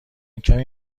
کمی